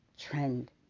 trend